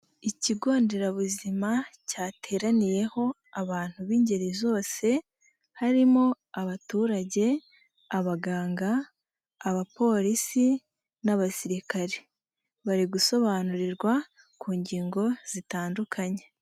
Ikigo nderabuzima cyateraniyeho abantu b'ingeri zose, harimo abaturage, abaganga, abapolisi n'abasirikare, bari gusobanurirwa ku ngingo zitandukanye.